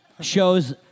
shows